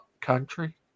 Country